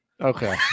Okay